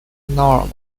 normal